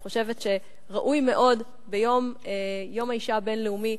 אני חושבת שראוי מאוד ביום האשה הבין-לאומי